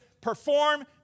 perform